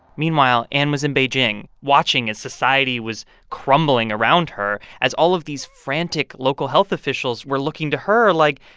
meanwhile, anne was in beijing watching as society was crumbling around her as all of these frantic local health officials were looking to her like,